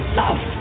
love